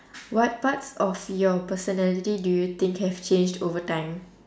what parts of your personality do you think have changed over time